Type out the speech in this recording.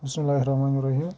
بِسمِ اللہِ الرحمٰنِ الرحیٖم